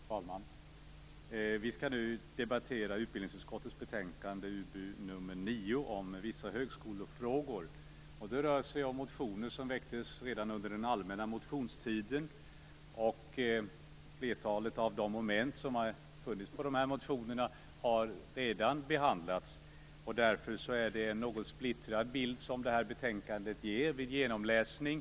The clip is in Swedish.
Fru talman! Vi skall nu debattera utbildningsutskottets betänkande UbU9 om vissa högskolefrågor. Det rör sig om motioner som väcktes redan under den allmänna motionstiden. Flertalet av de moment som har funnits i de här motionerna har redan behandlats. Därför är det en något splittrad bild det här betänkandet ger vid genomläsning.